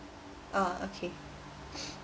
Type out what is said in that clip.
uh okay yup